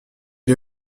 est